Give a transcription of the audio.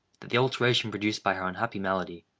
that the alteration produced by her unhappy malady,